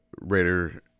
Raider